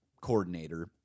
coordinator